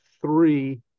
three